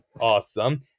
awesome